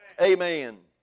Amen